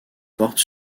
portent